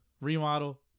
remodel